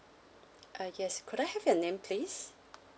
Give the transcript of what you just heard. ah yes could I have your name please